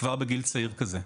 כבר בגיל צעיר שכזה,